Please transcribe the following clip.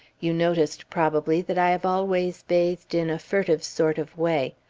you noticed probably that i have always bathed in a furtive sort of way.